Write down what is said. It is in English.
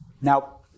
Now